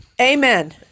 Amen